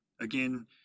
again